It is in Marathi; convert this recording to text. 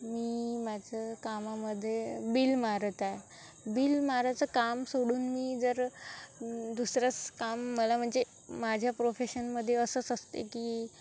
मी माझं कामामध्ये बिल मारत आहे बिल मारायचं काम सोडून मी जर दुसरंच काम मला म्हणजे माझ्या प्रोफेशनमध्ये असंच असते की